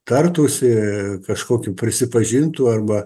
tartųsi kažkokiu prisipažintų arba